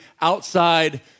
outside